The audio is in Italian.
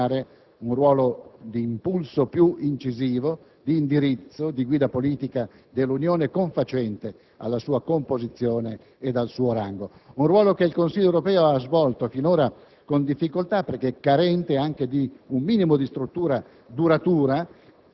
invece un'istituzione dotata di una Presidenza stabile, che potrà giocare un ruolo più incisivo di impulso, di indirizzo e di guida politica dell'Unione confacente alla sua composizione ed al suo rango. Si tratta di un ruolo che il Consiglio europeo ha svolto finora